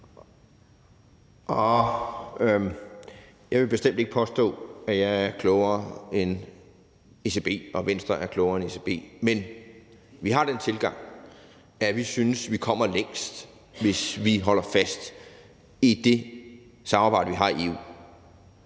jeg vil bestemt ikke påstå, at jeg er klogere end ECB, og at Venstre er klogere end ECB, men vi har den tilgang, at vi synes, vi kommer længst, hvis vi holder fast i det samarbejde, vi har i EU,